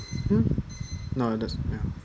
mm nowadays ya